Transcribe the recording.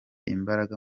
imbaraga